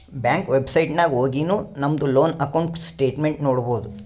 bank website ನಾಗ್ ಹೊಗಿನು ನಮ್ದು ಲೋನ್ ಅಕೌಂಟ್ ಸ್ಟೇಟ್ಮೆಂಟ್ ನೋಡ್ಬೋದು